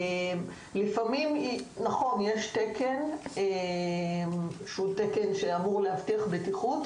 זה נכון שיש תקן שאמור להבטיח בטיחות,